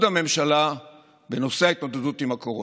הממשלה בנושא ההתמודדות עם הקורונה.